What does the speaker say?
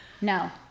No